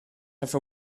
have